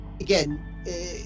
again